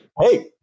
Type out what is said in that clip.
Hey